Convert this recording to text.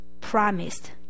promised